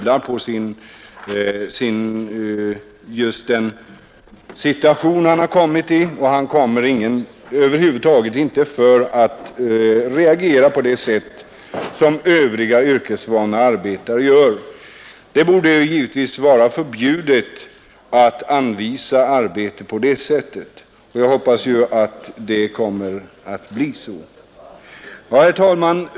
Han grubblar på den situation han kommit i, och han kommer sig över huvud taget inte för att reagera på det sätt som övriga yrkesvana arbetare gör. Det borde givetvis vara förbjudet att anvisa arbete på det sättet, och jag hoppas att det kommer att bli så. Herr talman!